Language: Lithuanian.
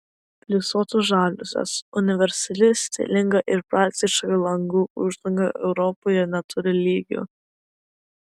plisuotos žaliuzės universali stilinga ir praktiška langų uždanga europoje neturi lygių